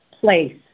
place